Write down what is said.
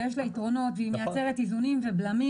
ויש לה יתרונות והיא מייצרת איזונים ובלמים